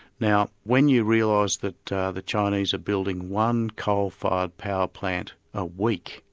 now when you realise that the chinese are building one coal-fired power plant a week,